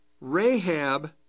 Rahab